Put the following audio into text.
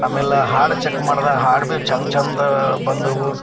ಆಮೇಲೆ ಹಾಡು ಚೆಕ್ ಮಾಡಿದ ಹಾಡು ಭೀ ಚೆಂದ ಚೆಂದ ಬಂದವು